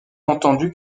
entendu